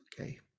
Okay